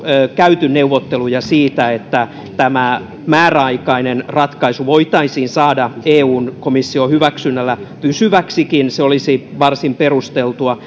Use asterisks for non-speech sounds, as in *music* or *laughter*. käyty neuvotteluja siitä että tämä määräaikainen ratkaisu voitaisiin saada eun komission hyväksynnällä pysyväksikin se olisi varsin perusteltua *unintelligible*